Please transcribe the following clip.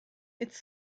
its